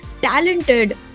talented